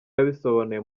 yabisobanuye